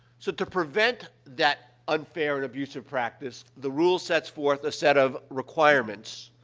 so, to prevent that unfair and abusive practice, the rule sets forth a set of requirements,